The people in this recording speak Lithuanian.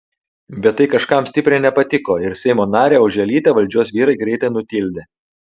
bet tai kažkam stipriai nepatiko ir seimo narę oželytę valdžios vyrai greitai nutildė